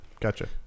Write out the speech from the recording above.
Gotcha